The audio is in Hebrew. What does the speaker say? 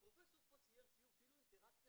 הפרופ' פה צייר ציור כאילו האינטראקציה